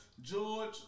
George